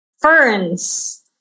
ferns